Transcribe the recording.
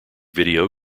video